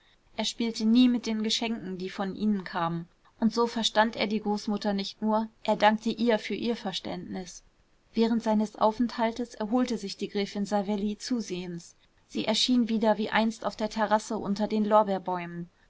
er spielte nie mit den geschenken die von ihnen kamen und so verstand er die großmutter nicht nur er dankte ihr für ihr verständnis während seines aufenthaltes erholte sich die gräfin savelli zusehends sie erschien wieder wie einst auf der terrasse unter den lorbeerbäumen